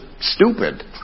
stupid